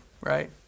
Right